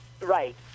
right